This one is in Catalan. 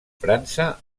frança